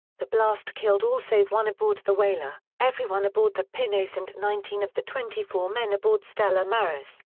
the blast killed all save one aboard the whaler, everyone aboard the pinnace and nineteen of the twenty four men aboard stella maris.